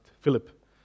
Philip